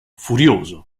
furioso